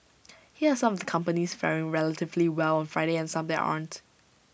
here are some companies faring relatively well on Friday and some that aren't